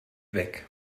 weg